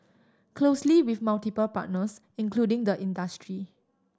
closely with multiple partners including the industry